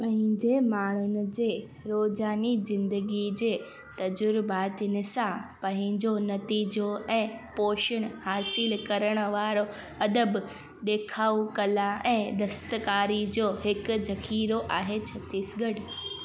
पंहिंजे माण्हुनि जे रोजानी जिंदगी जे तजुरबातनि सां पंहिंजो नतीजो ऐं पोषण हासिलु करण वारो अदब डे॒खाउ कला ऐं दस्तकारी जो हिकु जख़ीरो आहे छत्तीसगढ़